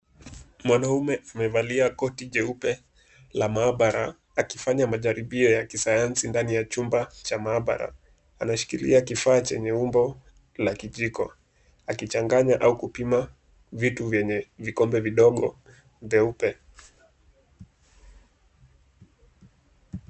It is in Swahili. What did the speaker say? Mwanaume amevalia koti jeupe la maabara akifanya majaribio ya kisayansi ndani ya chumba cha maabara. Anashikilia kifaa chenye umbo la kijiko akichanganya au kupima vitu vyenye vikombe vidogo vyeupe.